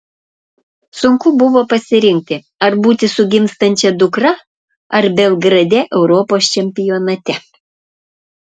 sunku buvo pasirinkti ar būti su gimstančia dukra ar belgrade europos čempionate